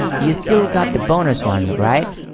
you still got the bonus one, right?